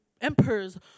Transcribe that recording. emperor's